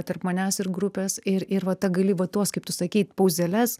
tarp manęs ir grupės ir ir va ta gali va tuos kaip tu sakei pauzeles